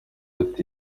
ati